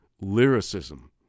lyricism